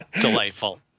Delightful